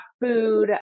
food